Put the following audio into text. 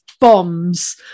bombs